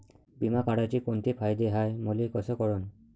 बिमा काढाचे कोंते फायदे हाय मले कस कळन?